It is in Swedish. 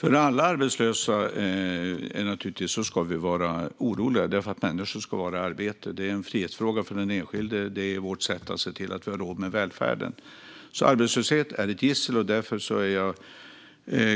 Fru talman! Vi ska naturligtvis vara oroliga över alla arbetslösa därför att människor ska vara i arbete. Det är en frihetsfråga för den enskilde, och det är vårt sätt att se till att vi har råd med välfärden. Arbetslöshet är därför ett gissel. Därför är jag